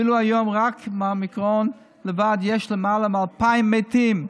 ואילו היום רק מהאומיקרון לבד יש למעלת מ-2,000 מתים.